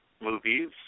movies